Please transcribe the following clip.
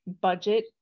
budget